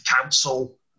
Council